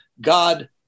God